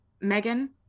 Megan